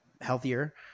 healthier